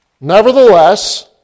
Nevertheless